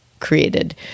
created